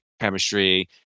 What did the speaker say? chemistry